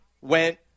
went